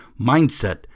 mindset